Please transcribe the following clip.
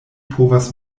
povas